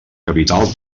capital